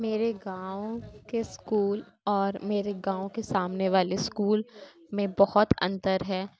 میرے گاؤں کے اسکول اور میرے گاؤں کے سامنے والے اسکول میں بہت انتر ہے